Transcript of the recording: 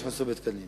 יש חוסר בתקנים.